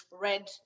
red